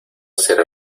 será